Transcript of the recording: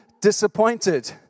disappointed